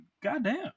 goddamn